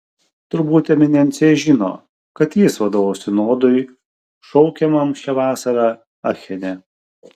turbūt eminencija žino kad jis vadovaus sinodui šaukiamam šią vasarą achene